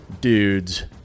dudes